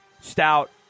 stout